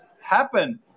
happen